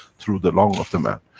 through the lung of the man.